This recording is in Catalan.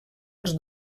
els